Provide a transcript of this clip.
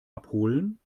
abholen